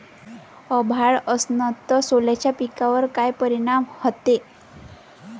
अभाळ असन तं सोल्याच्या पिकावर काय परिनाम व्हते?